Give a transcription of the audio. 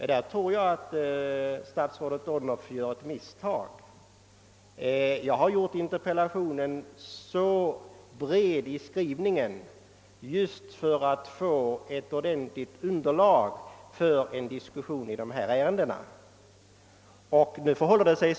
I det fallet anser jag att statsrådet Odhnoff har fel. Jag har avsiktligt gjort interpellationen bred i skrivningen för att få ett reellt underlag för en diskussion om dessa frågor.